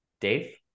Dave